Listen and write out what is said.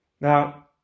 now